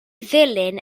ddulyn